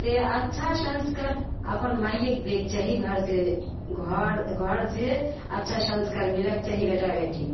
से अच्छा सँस्कार अपन माइएके दैके चाही घरसे घर घरसे अच्छा सँस्कार मिलैके चाही बेटा बेटी